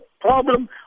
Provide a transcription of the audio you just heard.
problem